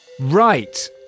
Right